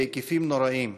בהיקפים נוראיים.